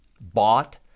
bought